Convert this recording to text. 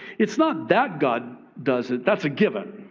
it's not that god does it. that's a given.